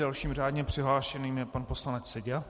Dalším řádně přihlášeným je pan poslanec Seďa.